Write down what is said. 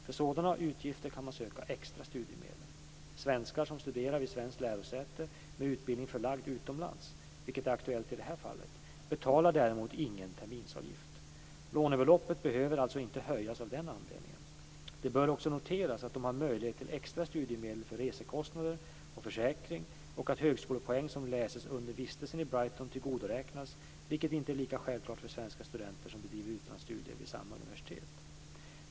För sådana utgifter kan man söka extra studiemedel. Svenskar som studerar vid svenskt lärosäte med utbildning förlagd utomlands, vilket är aktuellt i det här fallet, betalar däremot ingen terminsavgift. Lånebeloppet behöver alltså inte höjas av den anledningen. Det bör också noteras att de har möjlighet till extra studiemedel för resekostnader och försäkring och att högskolepoäng som läses under vistelse i Brighton tillgodoräknas, vilket inte är lika självklart för svenska studenter som bedriver utlandsstudier vid samma universitet.